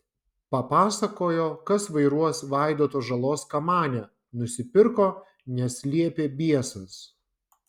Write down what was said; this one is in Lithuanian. papasakojo kas vairuos vaidoto žalos kamanę nusipirko nes liepė biesas